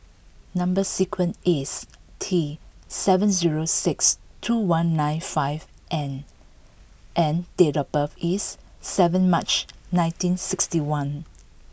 number sequence is T seven zero six two one nine five N and date of birth is seven March nineteen sixty one